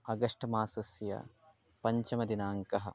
August मासस्य पञ्चमदिनाङ्कः